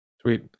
Sweet